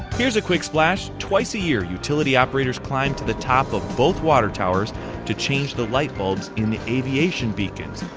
here is a quick splash, twice a year utility operators climb to the top of both water towers to change the light bulbs in the aviation beacons.